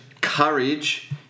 courage